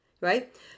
right